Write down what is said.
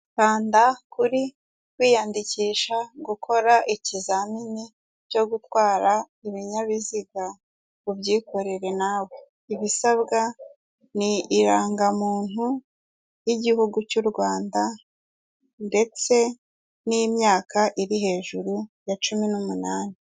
Kanda kuri kwiyandikisha gukora ikizamini cyo gutwara ibinyabiziga ubyikorere nawe, ibisabwa ni irangamuntu y'igihugu cy'u Rwanda ndetse n'imyaka iri hejuru ya cumi n'umunani.